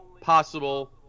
possible